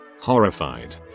Horrified